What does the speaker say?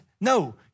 No